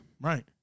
Right